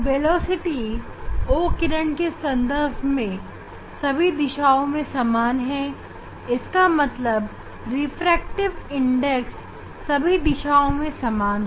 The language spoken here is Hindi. वेलोसिटी O किरण के संबंध में सभी दिशाओं में समान है इसका मतलब रिफ्रैक्टिव इंडेक्स सभी दिशाओं में समान है